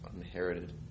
inherited